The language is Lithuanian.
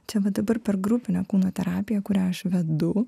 čia va dabar per grupinę kūno terapiją kurią aš vedu